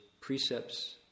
precepts